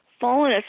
fallen